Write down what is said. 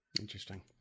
Interesting